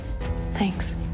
Thanks